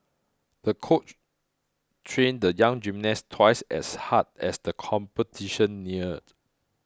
the coach trained the young gymnast twice as hard as the competition neared